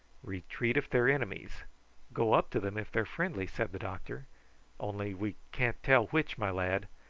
retreat if they are enemies go up to them if they are friendly, said the doctor only we can't tell which, my lad.